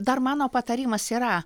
dar mano patarimas yra